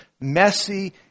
Messy